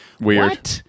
Weird